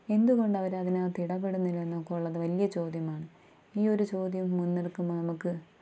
എന്തുകൊണ്ട് അവര് അതിനകത്ത് ഇടപെടുന്നില്ലന്നൊക്കെയുള്ളത് വലിയ ചോദ്യമാണ് ഈയൊരു ചോദ്യം മുൻനിൽക്കുമ്പോള് നമുക്ക്